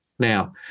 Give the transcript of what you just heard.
Now